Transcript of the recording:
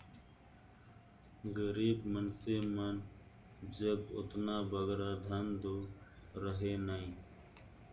गरीब मइनसे मन जग ओतना बगरा धन दो रहें नई